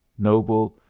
noble,